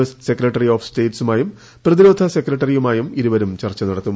S secretary of സ്റ്റേറ്റുമായും പ്രതിരോധ സെക്രട്ടറിയുമായും ഇരുവരും ചർച്ച നടത്തും